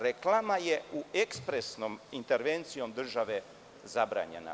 Reklama je ekspresnom intervencijom države zabranjena.